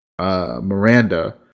Miranda